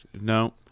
no